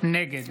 נגד